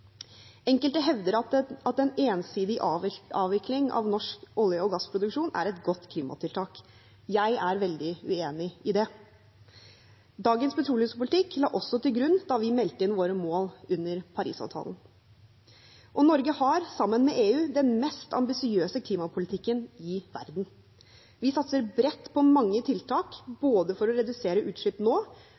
Enkelte hevder at en ensidig avvikling av norsk olje- og gassproduksjon er et godt klimatiltak. Jeg er veldig uenig i det. Dagens petroleumspolitikk lå også til grunn da vi meldte inn våre mål under Parisavtalen, og Norge har, sammen med EU, den mest ambisiøse klimapolitikken i verden. Vi satser bredt på mange tiltak, både for å redusere utslipp nå